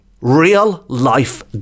real-life